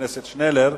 לחבר הכנסת שנלר,